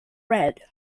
red